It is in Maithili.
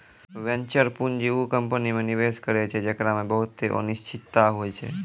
वेंचर पूंजी उ कंपनी मे निवेश करै छै जेकरा मे बहुते अनिश्चिता होय छै